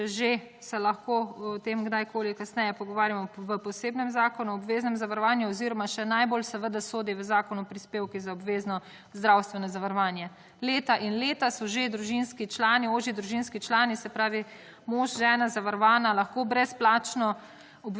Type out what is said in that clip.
če že se lahko o tem kdaj koli kasneje pogovarjamo v posebnem Zakonu o obveznem zavarovanju oziroma še najbolj seveda sodi v Zakon o prispevkih za obveznost zdravstveno zavarovanje. Leta in leta so že družinski člani, ožji družinski člani se pravi mož, žena zavarovana lahko brezplačno